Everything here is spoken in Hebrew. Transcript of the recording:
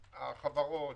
המחקרית.